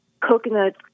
coconut